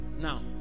Now